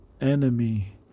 enemy